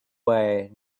way